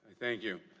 thank you.